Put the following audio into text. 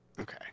Okay